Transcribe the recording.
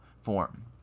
form